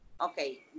okay